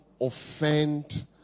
offend